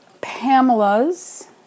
Pamela's